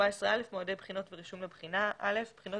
מועדי בחינות ורישום לבחינה 14א. בחינות